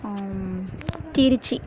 Trichy